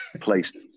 placed